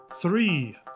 three